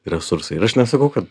resursai ir aš nesakau kad